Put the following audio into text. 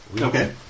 Okay